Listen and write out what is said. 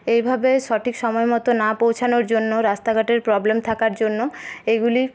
এইভাবে সঠিক সময় মতো না পৌঁছানোর জন্য রাস্তাঘাটের প্রবলেম থাকার জন্য এইগুলি